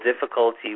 difficulty